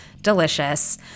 delicious